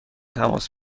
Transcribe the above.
تماس